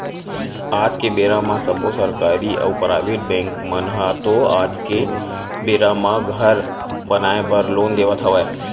आज के बेरा म सब्बो सरकारी अउ पराइबेट बेंक मन ह तो आज के बेरा म घर बनाए बर लोन देवत हवय